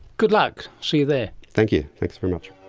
good luck. see you there. thank you, thanks very much.